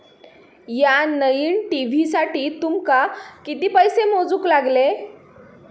या नईन टी.व्ही साठी तुमका किती पैसे मोजूक लागले?